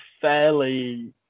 fairly